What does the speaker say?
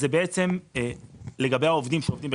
לגבי העובדים,